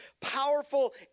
powerful